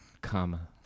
comma